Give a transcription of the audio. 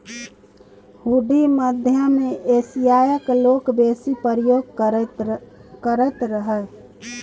हुंडी मध्य एशियाक लोक बेसी प्रयोग करैत रहय